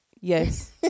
yes